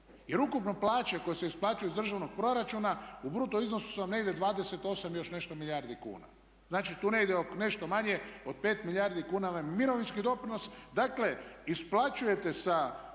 Jer ukupno plaće koje se isplaćuju iz državnog proračuna u bruto iznosu su vam negdje 28 i još nešto milijardi kuna. Znači, nešto manje od 5 milijardi kuna vam je mirovinski doprinos. Dakle, isplaćujete sa